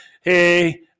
Hey